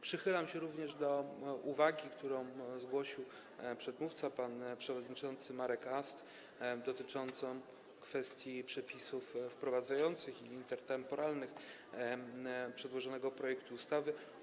Przychylam się również do uwagi, którą zgłosił przedmówca, pan przewodniczący Marek Ast, dotyczącej kwestii przepisów wprowadzających i intertemporalnych przedłożonego projektu ustawy.